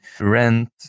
rent